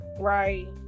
right